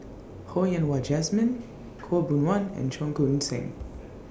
Ho Yen Wah Jesmine Khaw Boon Wan and Cheong Koon Seng